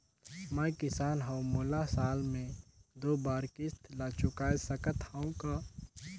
मैं किसान हव मोला साल मे दो बार किस्त ल चुकाय सकत हव का?